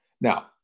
Now